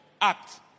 act